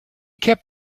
kept